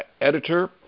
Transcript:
editor